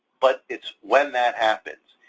but it's when that happens,